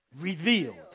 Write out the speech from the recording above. revealed